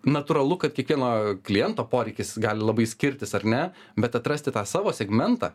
natūralu kad kiekvieno kliento poreikis gali labai skirtis ar ne bet atrasti tą savo segmentą